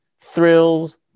thrills